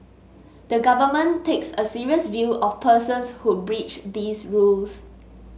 the Government takes a serious view of persons who breach these rules